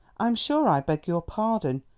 i'm sure i beg your pardon,